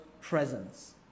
presence